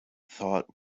thought